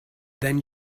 then